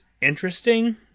interesting